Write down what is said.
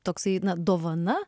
toksai na dovana